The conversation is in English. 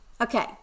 Okay